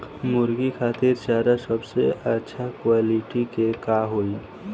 मुर्गी खातिर चारा सबसे अच्छा क्वालिटी के का होई?